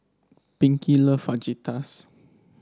Pinkie love Fajitas